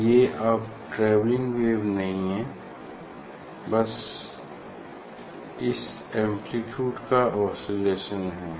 तो ये अब ट्रैवेलिंग वेव नहीं है यह बस इस एम्प्लीट्युड का औसिलेशन है